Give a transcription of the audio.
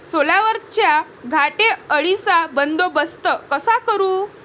सोल्यावरच्या घाटे अळीचा बंदोबस्त कसा करू?